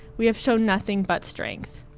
we have shown nothing but strength.